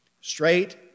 Straight